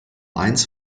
eins